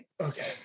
Okay